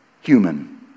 human